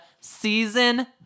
season